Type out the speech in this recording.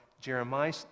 Jeremiah